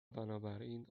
بنابراین